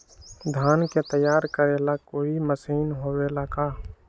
धान के तैयार करेला कोई मशीन होबेला का?